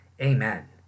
amen